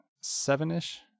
Seven-ish